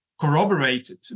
Corroborated